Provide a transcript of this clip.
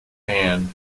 and